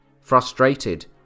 Frustrated